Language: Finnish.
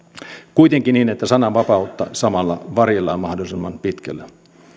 kuitenkin niin että sananvapautta samalla varjellaan mahdollisimman pitkälle